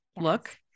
look